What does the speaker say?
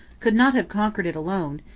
could not have conquered it alone,